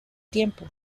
tiempo